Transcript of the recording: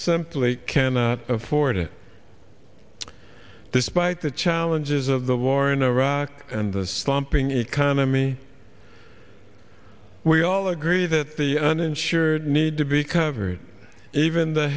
simply cannot afford it despite the challenges of the war in iraq and the slumping economy we all agree that the uninsured need to be covered even the